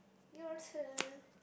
your turn